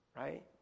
right